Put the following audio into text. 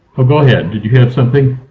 i'll go ahead. did you hear something?